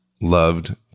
loved